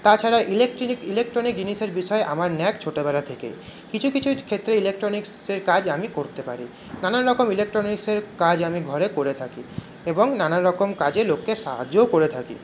তাছাড়া electric electronic জিনিসের বিষয়ে আমার ন্যাক ছোটোবেলা থেকেই কিছু কিছু ক্ষেত্রে ইলেকট্রনিক্সের কাজ আমি করতে পারি নানান রকম ইলেকট্রনিক্সের কাজ আমি ঘরে করে থাকি এবং নানান রকম কাজে লোককে সাহায্যও করে থাকি